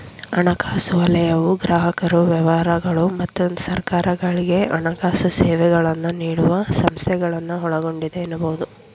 ಹಣಕಾಸು ವಲಯವು ಗ್ರಾಹಕರು ವ್ಯವಹಾರಗಳು ಮತ್ತು ಸರ್ಕಾರಗಳ್ಗೆ ಹಣಕಾಸು ಸೇವೆಗಳನ್ನ ನೀಡುವ ಸಂಸ್ಥೆಗಳನ್ನ ಒಳಗೊಂಡಿದೆ ಎನ್ನಬಹುದು